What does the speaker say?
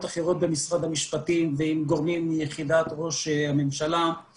אחרות במשרד המשפטים ועם גורמים ממשרד ראש הממשלה